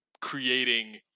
creating